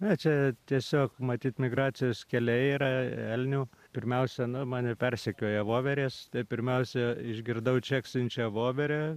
na čia tiesiog matyt migracijos keliai yra elnių pirmiausia nu mane persekioja voverės pirmiausia išgirdau čeksinčią voverę